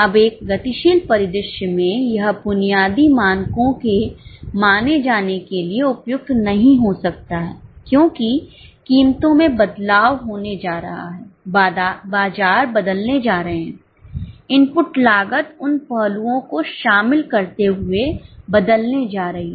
अब एक गतिशील परिदृश्य में यह बुनियादी मानकों के माने जाने के लिए उपयुक्त नहीं हो सकता है क्योंकि कीमतों में बदलाव होने जा रहा है बाजार बदलने जा रहे हैं इनपुट लागत उन पहलुओं को शामिल करते हुए बदलने जारही है